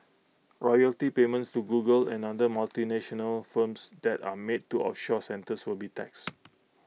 royalty payments to Google and other multinational firms that are made to offshore centres will be taxed